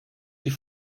die